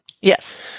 Yes